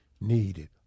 needed